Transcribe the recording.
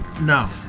No